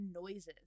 noises